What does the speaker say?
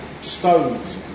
stones